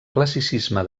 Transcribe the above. classicisme